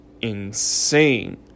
insane